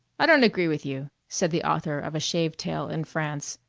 i don't agree with you, said the author of a shave-tail in france.